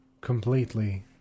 completely